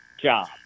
job